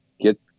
Get